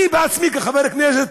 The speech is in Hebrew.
אני בעצמי כחבר כנסת,